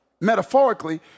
metaphorically